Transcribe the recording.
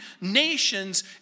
nations